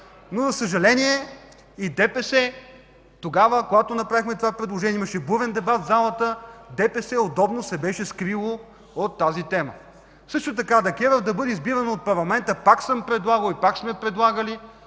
За съжаление, когато направихме това предложение и имаше бурен дебат в залата, ДПС удобно се беше скрило от тази тема. Също така ДКЕВР да бъде избирана от парламента пак съм предлагал, пак сме предлагали,